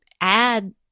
add